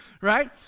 Right